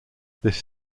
this